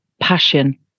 passion